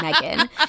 Megan